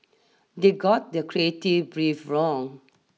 they got the creative brief wrong